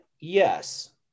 yes